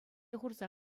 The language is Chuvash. хурса